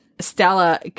Stella